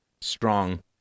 strong